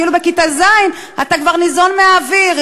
כאילו בכיתה ז' אתה כבר ניזון מהאוויר,